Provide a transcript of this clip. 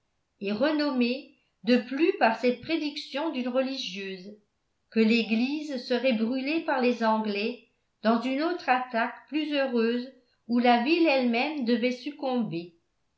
renommée de plus par cette prédiction d'une religieuse que l'église serait brûlée par les anglais dans une autre attaque plus heureuse où la ville elle-même devait succomber